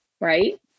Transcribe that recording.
right